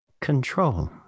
control